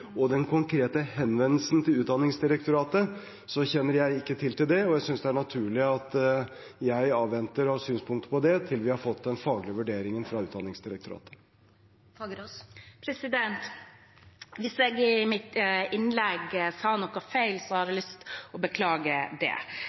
og den konkrete henvendelsen til Utdanningsdirektoratet, kjenner jeg ikke til det. Jeg synes det er naturlig at jeg avventer å ha synspunkter på det til vi har fått den faglige vurderingen fra Utdanningsdirektoratet. Hvis jeg i mitt innlegg sa noe feil, har jeg lyst til å beklage det.